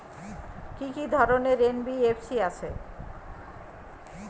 কি কি ধরনের এন.বি.এফ.সি আছে?